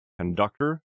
conductor